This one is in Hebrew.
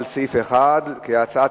כהצעת